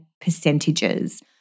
percentages